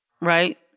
right